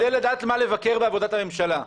באמת כדי לדעת מה לבקר בעבודת הממשלה.